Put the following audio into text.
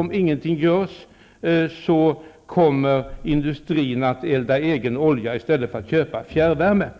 Om ingenting görs kommer industrin att elda med egen olja i stället för att köpa fjärrvärme.